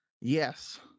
yes